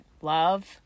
love